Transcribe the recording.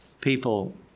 people